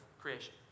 creation